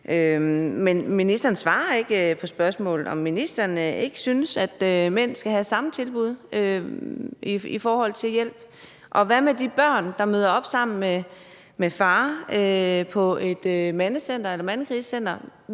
Men ministeren svarer ikke på spørgsmålet om, om ministeren ikke synes, at mænd skal have samme tilbud i forhold til hjælp – og hvad med de børn, der møder op sammen med far på et mandecenter